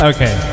Okay